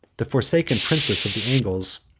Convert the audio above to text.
the forsaken princess of the angles,